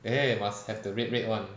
there you must have the red red [one]